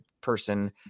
person